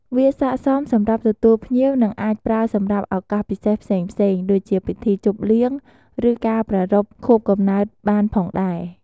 វាស័ក្ដិសមសម្រាប់ទទួលភ្ញៀវនិងអាចប្រើសម្រាប់ឱកាសពិសេសផ្សេងៗ ដូចជាពិធីជប់លៀង ឬការប្រារព្ធខួបកំណើតបានផងដែរ។